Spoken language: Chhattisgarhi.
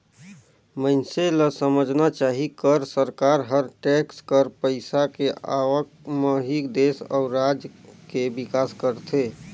मइनसे ल समझना चाही कर सरकार हर टेक्स कर पइसा के आवक म ही देस अउ राज के बिकास करथे